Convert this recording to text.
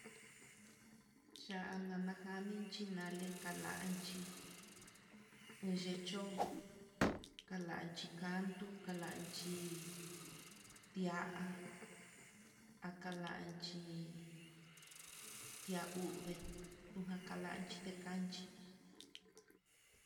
Cha'a nanajani yale kalanchí, uyichó kalanchi kantu kalanchí, ti'a a kalanchí tia uvee uja kalanchi ti'a kanchí